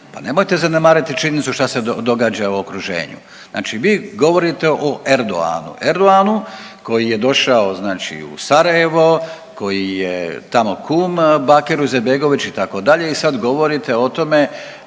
Pa nemojte zanemariti činjenicu šta se događa u okruženju. Znači vi govorite o Erdoganu, Erdoganu koji je došao znači u Sarajevo koji je tamo kum Bakiru Izetbegoviću itd. i sad govorite o tome